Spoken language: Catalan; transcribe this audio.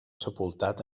sepultat